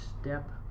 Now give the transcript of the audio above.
step